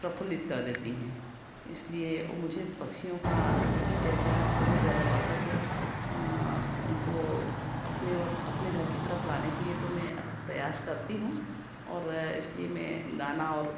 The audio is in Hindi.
प्रफुल्लित कर देती हैं इसलिए और मुझे पक्षियों का की चहचहाहट बहुत जादा पसंद है उनको अपनी ओर अपने घर की तरफ लाने के लिए तो मैं अथक प्रयास करती हूँ और इसलिए मैं दाना और